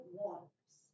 waters